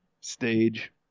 stage